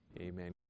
Amen